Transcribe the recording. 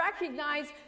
recognize